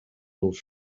nos